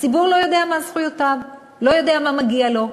הציבור לא יודע מה זכויותיו, לא יודע מה מגיע לו.